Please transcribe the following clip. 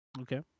Okay